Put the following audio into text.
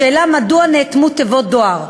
3. לשאלה מדוע נאטמו תיבות דואר,